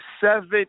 seven